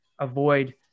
avoid